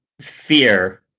fear